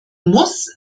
muss